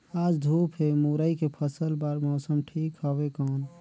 आज धूप हे मुरई के फसल बार मौसम ठीक हवय कौन?